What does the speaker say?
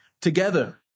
together